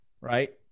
right